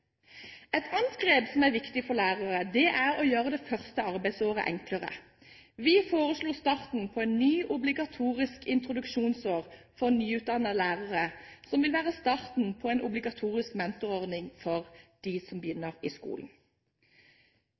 Et annet grep som er viktig for lærere, er å gjøre det første arbeidsåret enklere. Vi foreslo å igangsette et nytt obligatorisk introduksjonsår for nyutdannede lærere, som vil være starten på en obligatorisk mentorordning for dem som begynner i skolen.